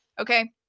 Okay